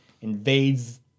invades